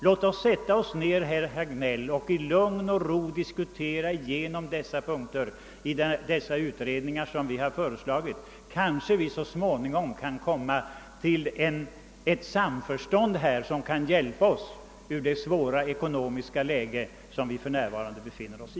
Låt oss sätta oss ned, herr Hagnell, och i lugn och ro diskutera genom frågorna i de utredningar som vi föreslagit, så kanske vi så småningom kan nå samförstånd och komma ur det svåra ekonomiska läge som vi för närvarande befinner oss i.